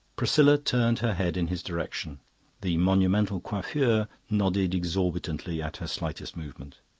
priscilla turned her head in his direction the monumental coiffure nodded exorbitantly at her slightest movement.